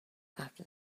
after